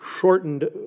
shortened